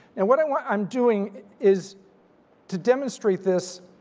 and what and what i'm doing is to demonstrate this,